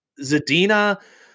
zadina